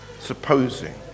supposing